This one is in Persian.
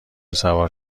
سوار